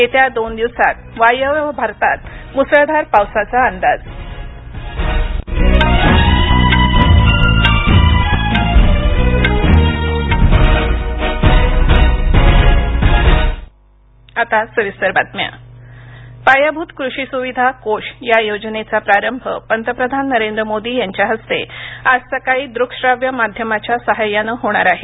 येत्या दोन दिवसात वायव्य भारतात मुसळधार पावसाचा अंदाज आता सविस्तर बातम्या कृषी सुविधा निधी पायाभूत कृषी सुविधा कोष या योजनेचा प्रारंभ पंतप्रधान नरेंद्र मोदी यांच्या हस्ते आज सकाळी दृकश्राव्य माध्यमाच्या साहाय्यानं होणार आहे